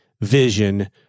vision